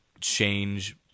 change